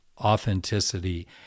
authenticity